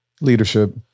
leadership